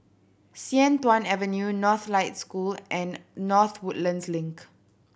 Sian Tuan Avenue Northlight School and North Woodlands Link